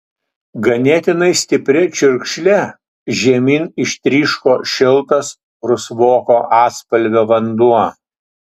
ganėtinai stipria čiurkšle žemyn ištryško šiltas rusvoko atspalvio vanduo